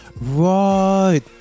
Right